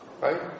Right